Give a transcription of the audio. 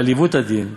ועל עיוות הדין,